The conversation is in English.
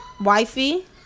wifey